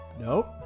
Nope